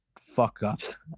fuck-ups